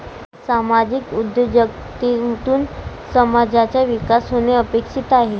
सामाजिक उद्योजकतेतून समाजाचा विकास होणे अपेक्षित आहे